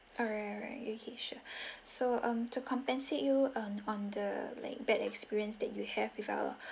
alright alright okay sure so um to compensate you um on the like bad experience that you have with our